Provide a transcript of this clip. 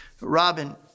Robin